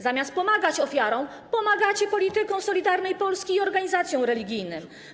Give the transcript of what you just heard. Zamiast pomagać ofiarom, pomagacie politykom Solidarnej Polski i organizacjom religijnym.